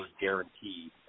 guaranteed